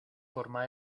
forma